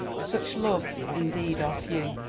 such loves indeed are few.